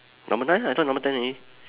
number nine I thought number ten already